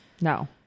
No